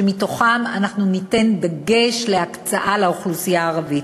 ואנחנו ניתן דגש בהקצאה לאוכלוסייה הערבית